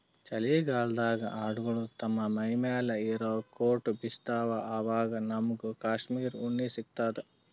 ಚಳಿಗಾಲ್ಡಾಗ್ ಆಡ್ಗೊಳು ತಮ್ಮ್ ಮೈಮ್ಯಾಲ್ ಇರಾ ಕೋಟ್ ಬಿಚ್ಚತ್ತ್ವಆವಾಗ್ ನಮ್ಮಗ್ ಕಾಶ್ಮೀರ್ ಉಣ್ಣಿ ಸಿಗ್ತದ